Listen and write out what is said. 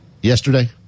Yesterday